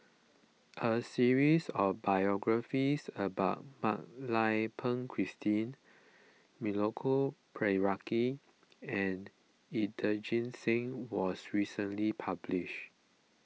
a series of biographies about Mak Lai Peng Christine Milenko Prvacki and Inderjit Singh was recently published